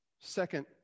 Second